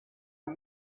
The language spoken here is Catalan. amb